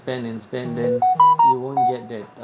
spend and spend then you won't get that uh